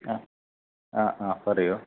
ആ ആ ആ പറയൂ